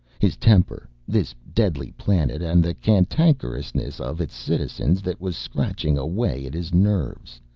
his temper, this deadly planet and the cantankerousness of its citizens that was scratching away at his nerves.